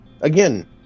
Again